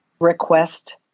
request